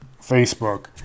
Facebook